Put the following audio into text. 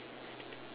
ya